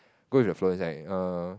go with the flow like err